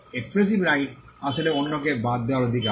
exclusive right আসলে অন্যকে বাদ দেওয়ার অধিকার